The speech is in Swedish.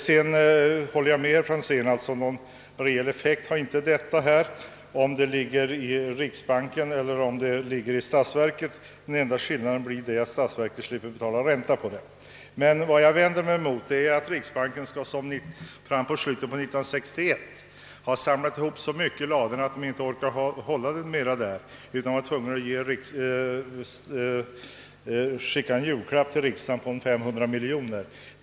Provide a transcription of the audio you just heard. Jag håller med herr Franzén om att den reella effekten blir densamma, om pengarna ligger i riksbanken eller tillförs statsverket — den enda skillnaden är att statsverket i senare fallet slipper betala ränta. Vad jag har vänt mig mot är att riksbanken liksom i slutet av 1961 samlar ihop så mycket i ladorna att man inte orkar hålla mera utan är tvungen att skicka en julklapp på 500 miljoner till riksdagen.